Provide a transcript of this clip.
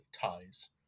ties